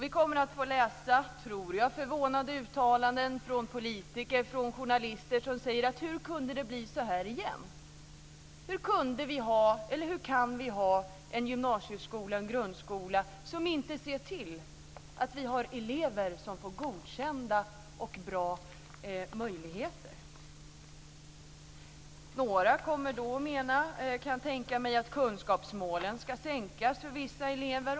Vi kommer att få läsa, tror jag, förvånade uttalanden från politiker och journalister som undrar: Hur kunde det bli så här igen? Hur kan vi ha en gymnasieskola och en grundskola som inte ser till att vi har elever som får godkända resultat och bra möjligheter? Några kommer då att mena, kan jag tänka mig, att kunskapsmålen ska sänkas för vissa elever.